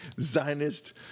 Zionist